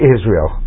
Israel